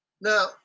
Now